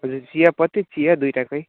हजुर चियापत्ती चिया दुइटाकै